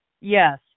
Yes